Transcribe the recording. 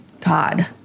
God